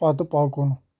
پتہٕ پکُن